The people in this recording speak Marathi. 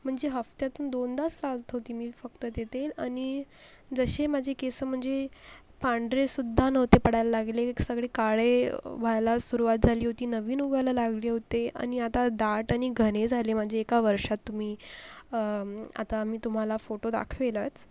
म्हणजे हफ्त्यातून दोनदाच लावत होती फक्त मी ते तेल आणि जसे माझे केस म्हणजे पांढरेसुध्दा नव्हते पडायला लागले सगळे काळे व्हायला सुरवात झाली होती नवीन उगवायला लागले होते आणि आता दाट आणि घने झाले एका वर्षात तुम्ही आता मी तुम्हाला फोटो दाखवेलच